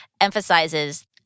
emphasizes